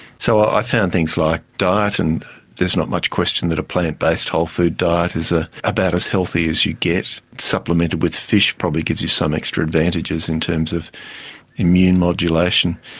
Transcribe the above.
so i found things like diet, and there's not much questions that a plant-based wholefood diet is ah about as healthy as you get, supplemented with fish probably gives you some extra advantages in terms of immune modulation,